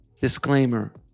Disclaimer